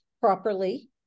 properly